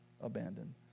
abandoned